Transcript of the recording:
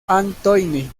antoine